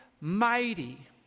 mighty